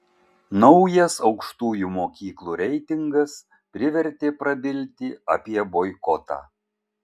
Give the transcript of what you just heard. naujas aukštųjų mokyklų reitingas privertė prabilti apie boikotą